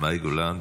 מאי גולן,